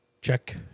check